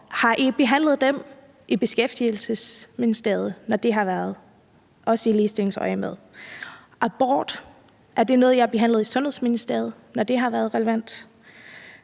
arbejdsvilkår i Beskæftigelsesministeriet, når det har været der, også i ligestillingsøjemed? Er abort noget, I har behandlet i Sundhedsministeriet, når det har været relevant?